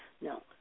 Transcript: No